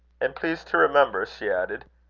and please to remember, she added,